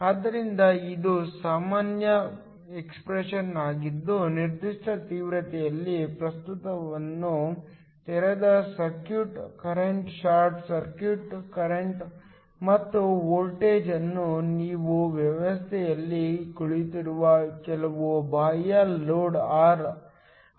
ಆದ್ದರಿಂದ ಇದು ಸಾಮಾನ್ಯ ಎಕ್ಸ್ಪ್ರೆಶನ್ ಆಗಿದ್ದು ನಿರ್ದಿಷ್ಟ ತೀವ್ರತೆಯಲ್ಲಿ ಪ್ರಸ್ತುತವನ್ನು ತೆರೆದ circuit current short circuit current ಮತ್ತು ವೋಲ್ಟೇಜ್ ಅನ್ನು ನೀವು ವ್ಯವಸ್ಥೆಯಲ್ಲಿ ಕುಳಿತಿರುವ ಕೆಲವು ಬಾಹ್ಯ ಲೋಡ್ ಆರ್